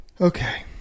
okay